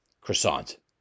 croissant